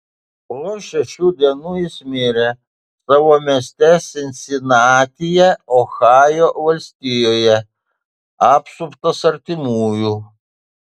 po šešių dienų jis mirė savo mieste sinsinatyje ohajo valstijoje apsuptas artimųjų